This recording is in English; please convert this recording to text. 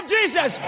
Jesus